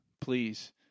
please